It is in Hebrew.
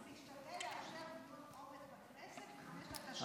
אז תשתדל לאפשר דיון עומק בכנסת לפני שאתה שועט קדימה.